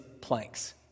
planks